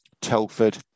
Telford